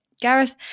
Gareth